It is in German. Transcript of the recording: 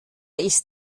ist